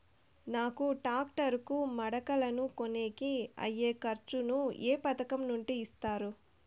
నాకు టాక్టర్ కు మడకలను కొనేకి అయ్యే ఖర్చు ను ఏ పథకం నుండి ఇస్తారు?